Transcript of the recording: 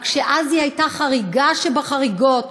רק שאז היא הייתה חריגה שבחריגות,